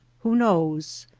who knows?